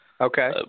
Okay